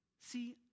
See